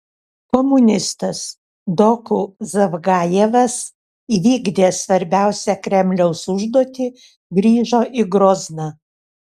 komunistas doku zavgajevas įvykdė svarbiausią kremliaus užduotį grįžo į grozną